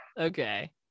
okay